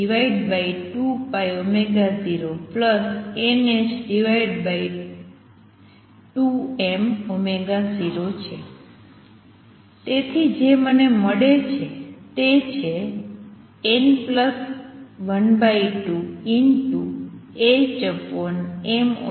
તેથી જે મળે છે તે છે n12m0